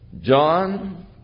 John